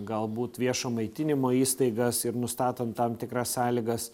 galbūt viešo maitinimo įstaigas ir nustatant tam tikras sąlygas